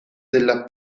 della